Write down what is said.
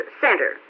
center